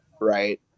right